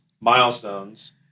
milestones